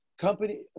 company